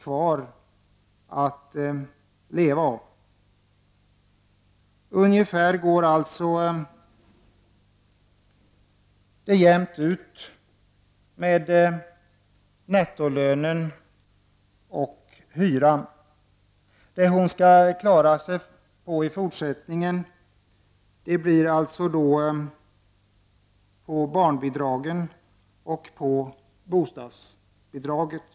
kvar att leva av. Det går alltså ungefär jämnt ut med nettolönen och hyran. Det hon skall klara sig på i fortsättningen blir alltså barnbidragen och bostadsbidraget.